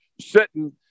sitting